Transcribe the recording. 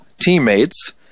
teammates